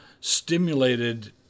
stimulated